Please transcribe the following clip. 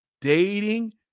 dating